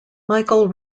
michael